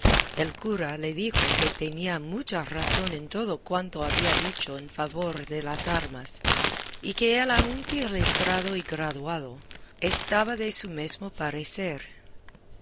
el cura le dijo que tenía mucha razón en todo cuanto había dicho en favor de las armas y que él aunque letrado y graduado estaba de su mesmo parecer